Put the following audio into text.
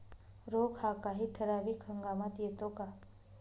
रोग हा काही ठराविक हंगामात येतो का?